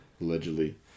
Allegedly